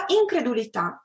incredulità